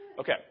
Okay